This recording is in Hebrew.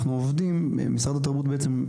משרד התרבות בעצם,